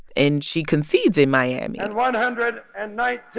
and she concedes in miami and one hundred and nineteen